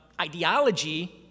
ideology